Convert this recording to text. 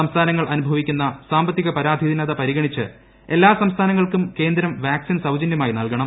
സംസ്ഥാനങ്ങൾ അനുഭവിക്കുന്ന സാമ്പത്തിക പരാധീനത പരിഗണിച്ച് എല്ലാ സംസ്ഥാനങ്ങൾക്കും കേന്ദ്രം വാക്സിൻ സൌജനൃമായി നൽകണം